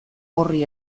horri